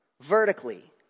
Vertically